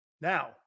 Now